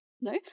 No